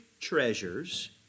treasures